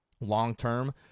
long-term